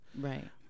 Right